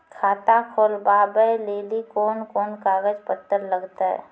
खाता खोलबाबय लेली कोंन कोंन कागज पत्तर लगतै?